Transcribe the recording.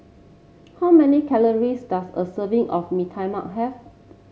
how many calories does a serving of Mee Tai Mak have